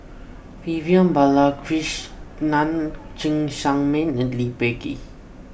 Vivian Balakrishnan Cheng Tsang Man and Lee Peh Gee